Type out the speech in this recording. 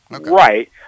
Right